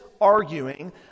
arguing